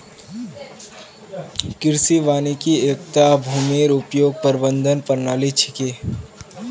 कृषि वानिकी एकता भूमिर उपयोग प्रबंधन प्रणाली छिके